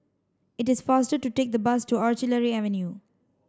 it is faster to take the bus to Artillery Avenue